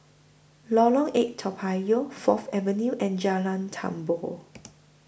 Lorong eight Toa Payoh Fourth Avenue and Jalan Tambur